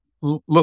look